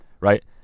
right